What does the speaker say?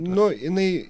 nu jinai